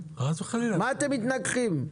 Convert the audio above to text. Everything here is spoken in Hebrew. מה אתם מתנגחים?